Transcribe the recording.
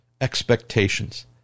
expectations